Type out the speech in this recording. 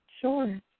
Sure